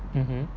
mmhmm